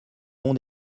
monde